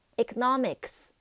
Economics